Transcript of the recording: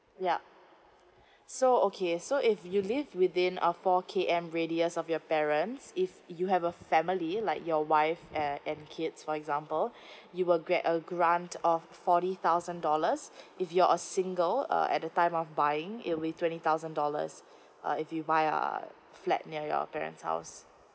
yup so okay so if you live within uh four K M radius of your parents if you have a family like your wife uh and kids for example you will get a grant of forty thousand dollars if you're a single uh at the time of buying it will be twenty thousand dollars uh if you buy a flat near your parents house